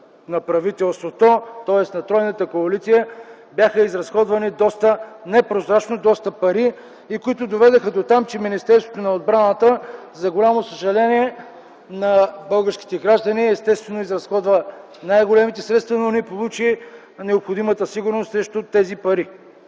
на правителството, тоест на тройната коалиция, бяха изразходвани непрозрачно доста пари, които доведоха дотам, че Министерството на отбраната за голямо съжаление на българските граждани изразходва най-големите средства, но не получи необходимата сигурност срещу тези пари.